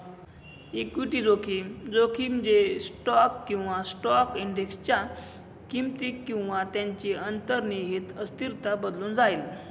equity जोखीम, जोखीम जे स्टॉक किंवा स्टॉक इंडेक्सच्या किमती किंवा त्यांची अंतर्निहित अस्थिरता बदलून जाईल